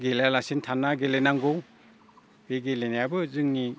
गेलेया लासिनो थानाङा गेले नांगौ बे गेलेनायाबो जोंनि